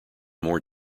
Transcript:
more